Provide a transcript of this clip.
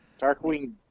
Darkwing